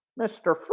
Mr